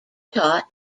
taught